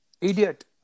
idiot